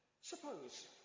suppose